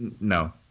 No